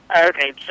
Okay